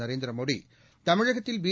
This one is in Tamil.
நரேந்திரமோடி தமிழகத்தில் பி